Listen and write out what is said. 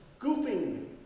goofing